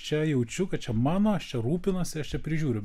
čia jaučiu kad čia mano aš čia rūpinuosi aš čia prižiūriu